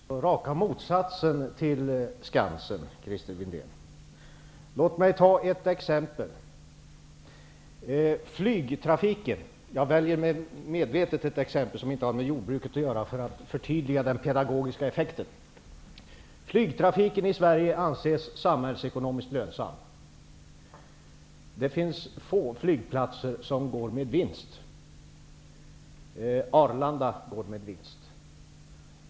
Fru talman! Det är raka motsatsen till Skansen, Christer Windén. Låt mig ta ett exempel. Jag väljer medvetet ett exempel som inte har med jordbruket att göra för att förtydliga den pedagogiska effekten. Flygtrafiken i Sverige anses samhällsekonomiskt lönsam. Det finns få flygplatser som går med vinst. Arlanda går med vinst.